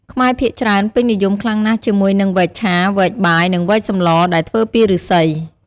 ខ្មែរភាគច្រើនពេញនិយមខ្លាំងណាស់ជាមួយនឹងវែកឆា វែកបាយ និងវែកសម្លដែលធ្វើពីឫស្សី។